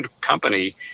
company